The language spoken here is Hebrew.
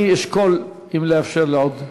אני אשקול אם לאפשר לעוד.